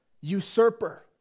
usurper